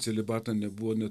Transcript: celibatą nebuvo nė